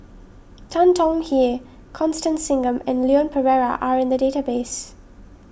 Tan Tong Hye Constance Singam and Leon Perera are in the database